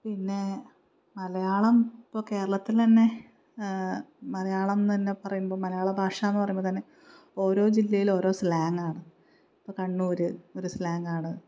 പിന്നെ മലയാളം ഇപ്പോൾ കേരളത്തിൽതന്നെ മലയാളം എന്നുതന്നെ പറയുമ്പോൾ മലയാള ഭാഷയെന്നു പറയുമ്പോൾതന്നെ ഓരോ ജില്ലയിൽ ഓരോ സ്ലാങ്ങാണ് ഇപ്പോൾ കണ്ണൂർ ഒരു സ്ലാങ്ങാണ്